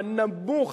הנמוך,